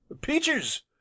Peaches